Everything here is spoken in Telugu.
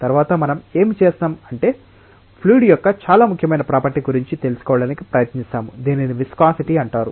తరువాత మనం ఏమి చేస్తాం అంటే ఫ్లూయిడ్ యొక్క చాలా ముఖ్యమైన ప్రాపర్టీ గురించి తెలుసుకోవడానికి ప్రయత్నిస్తాము దీనిని విస్కాసిటి అంటారు